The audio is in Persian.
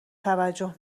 توجه